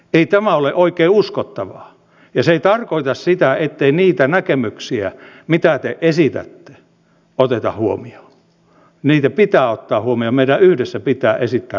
ei tämä ole oikein uskottavaa ja se ei tarkoita sitä ettei niitä näkemyksiä mitä te esitätte oteta huomioon niitä pitää ottaa huomioon meidän yhdessä pitää esittää ratkaisuja